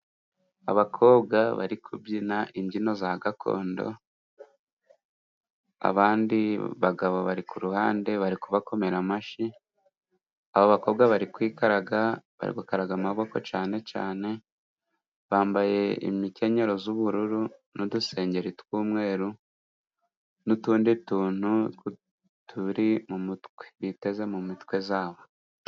Abakobwa bari kubyina imbyino za gakondo abandi bagabo bari ku ruhande bari kubakomera amashi abo bakobwa bari kwikaraga bari gukaraga amaboko cane cane bambaye imikenyero z'ubururu n'udusengeri tw'umweru n'utundi tuntu twu turi mu mutwe biteze mu mitwe zabo.